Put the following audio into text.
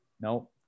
Nope